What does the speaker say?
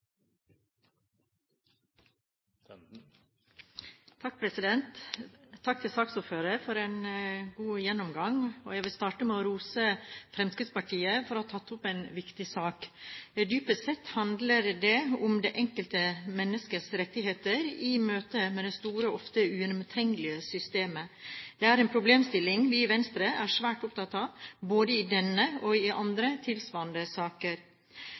Takk til saksordføreren for en god gjennomgang. Jeg vil starte med å rose Fremskrittspartiet for å ha tatt opp en viktig sak. Dypest sett handler det om det enkelte menneskets rettigheter i møte med det store, ofte ugjennomtrengelige «systemet». Det er en problemstilling vi i Venstre er svært opptatt av, både i denne saken og i andre tilsvarende saker.